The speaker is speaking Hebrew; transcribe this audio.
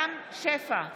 רם שפע,